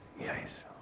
yes